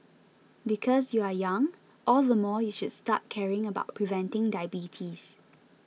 because you are young all the more you should start caring about preventing diabetes